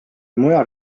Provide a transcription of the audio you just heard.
mujal